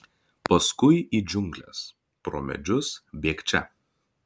paskui į džiungles pro medžius bėgčia